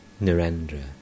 Narendra